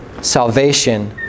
salvation